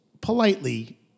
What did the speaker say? politely